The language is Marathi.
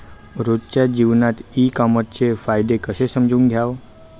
रोजच्या जीवनात ई कामर्सचे फायदे कसे समजून घ्याव?